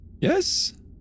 yes